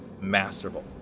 masterful